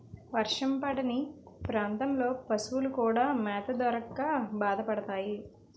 వర్షం పడని ప్రాంతాల్లో పశువులు కూడా మేత దొరక్క బాధపడతాయి